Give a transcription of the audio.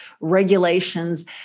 regulations